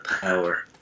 power